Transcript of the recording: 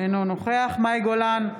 אינו נוכח מאי גולן,